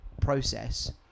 process